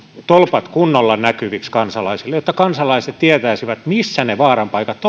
tolpat kunnolla näkyviksi kansalaisille että kansalaiset tietäisivät missä ne vaaran paikat